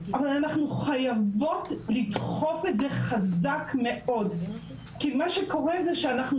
אבל אנחנו חייבות לדחוף את זה חזק מאוד כי מה שקורה זה שאנחנו